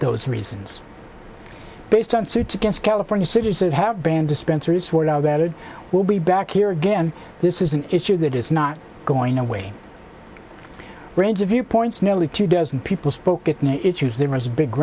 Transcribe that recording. those reasons based on suits against california cities that have banned dispensers wardell that it will be back here again this is an issue that is not going away range of viewpoints nearly two dozen people spoke there was a big